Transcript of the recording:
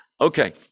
Okay